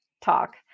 talk